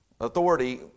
authority